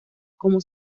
como